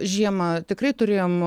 žiemą tikrai turėjom